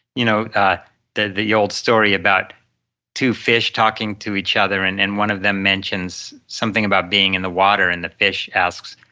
you know ah that the old story about two fish talking to each other and and one of them mentions, something about being in the water and the fish asks,